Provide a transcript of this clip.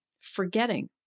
Forgetting